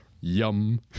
Yum